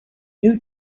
new